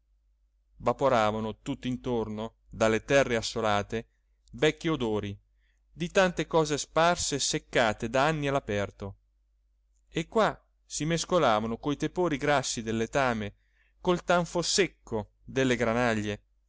asinello vaporavano tutt'intorno dalle terre assolate vecchi odori di tante cose sparse e seccate da anni all'aperto e qua si mescolavano coi tepori grassi del letame col tanfo secco delle granaglie